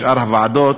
שאר הוועדות,